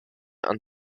and